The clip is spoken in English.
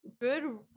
good